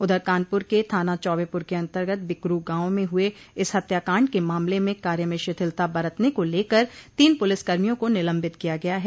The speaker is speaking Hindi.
उधर कानपुर के थाना चौबेपुर के अन्तर्गत बिकरू गांव में हुए इस हत्याकाण्ड के मामले में कार्य में शिथिलता बरतने को लेकर तीन पुलिसकर्मियों को निलम्बित किया गया है